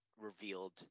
revealed